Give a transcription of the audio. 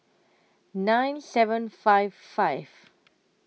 nine seven five five